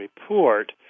report